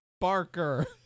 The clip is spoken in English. Barker